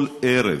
כל ערב,